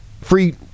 free